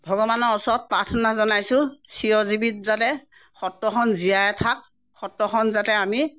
ভগৱানৰ ওচৰত প্ৰথনা জনাইছোঁ চিৰজীৱিত যাতে সত্ৰখন জীয়াই থাকক সত্ৰখন যাতে আমি